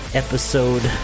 episode